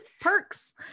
Perks